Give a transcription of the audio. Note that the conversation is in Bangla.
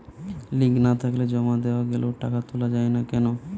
লিঙ্ক না থাকলে জমা দেওয়া গেলেও টাকা তোলা য়ায় না কেন?